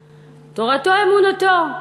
תורתו-אומנותו.